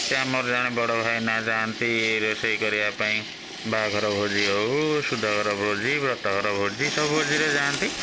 ସେ ଆମର ଜଣେ ବଡ଼ ଭାଇନା ଯାଆନ୍ତି ରୋଷେଇ କରିବା ପାଇଁ ବାହାଘର ଭୋଜି ହଉ ଶୁଦ୍ଧଘର ଭୋଜି ବ୍ରତଘର ଭୋଜି ସବୁ ଭୋଜିରେ ଯାଆନ୍ତି